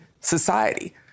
society